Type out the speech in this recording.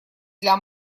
для